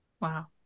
Wow